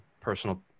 personal